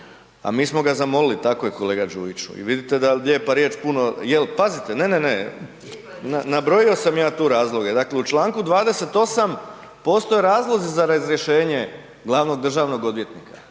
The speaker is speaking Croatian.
A mi smo ga zamolili, tako je kolega Đujiću i vidite da lijepa riječ puno, jel pazite, … /Upadica se ne razumije./ … ne, ne, ne, nabrojio sam ja tu razloge. Dakle u čl. 28. postoje razlozi za razrješenje glavnog državnog odvjetnika